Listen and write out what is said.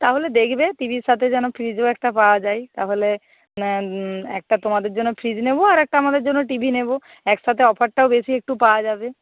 তাহলে দেখবে টি ভির সাথে যেন ফ্রিজও একটা পাওয়া যায় তাহলে একটা তোমাদের জন্য ফ্রিজ নেব আর একটা আমাদের জন্য টি ভি নেব একসাথে অফারটাও বেশি একটু পাওয়া যাবে